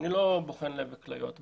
אני לא בוחן לב וכליות.